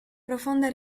profonda